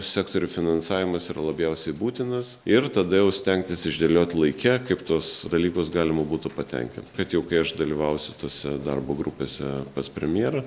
sektorių finansavimas yra labiausiai būtinas ir tada jau stengtis išdėliot laike kaip tuos dalykus galima būtų patenkint kad jau kai aš dalyvausiu tose darbo grupėse pas premjerą